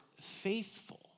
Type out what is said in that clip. faithful